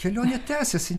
kelionė tęsiasi